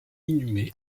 inhumé